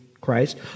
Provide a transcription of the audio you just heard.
Christ